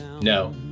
No